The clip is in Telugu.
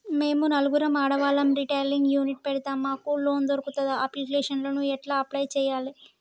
మేము నలుగురం ఆడవాళ్ళం టైలరింగ్ యూనిట్ పెడతం మాకు లోన్ దొర్కుతదా? అప్లికేషన్లను ఎట్ల అప్లయ్ చేయాలే?